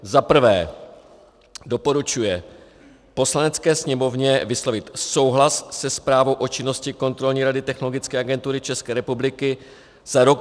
I. doporučuje Poslanecké sněmovně vyslovit souhlas se zprávou o činnosti kontrolní rady Technologické agentury České republiky za rok 2017;